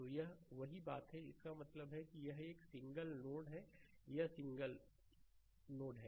तो यह वही बात है इसका मतलब है कि यह एक सिंगल नोड है यह सिंगल नोड है